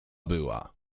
była